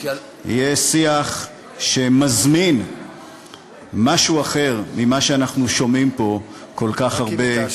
יהיה שיח שמזמין משהו אחר ממה שאנחנו שומעים פה כל כך הרבה,